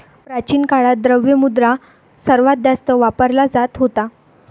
प्राचीन काळात, द्रव्य मुद्रा सर्वात जास्त वापरला जात होता